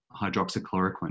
hydroxychloroquine